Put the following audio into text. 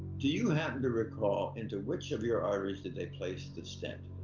do you happen to recall into which of your arteries that they placed the stent?